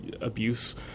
abuse